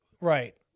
Right